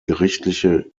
gerichtliche